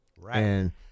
right